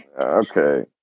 Okay